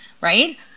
Right